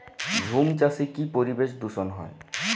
ঝুম চাষে কি পরিবেশ দূষন হয়?